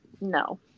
No